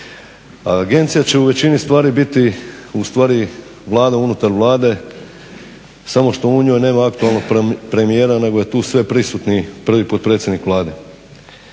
Agencija će u većini stvari biti ustvari Vlada unutar Vlade samo što u njoj nema aktualnog premijera nego je tu sveprisutni prvi potpredsjednik Vlade.